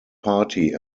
party